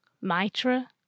Mitra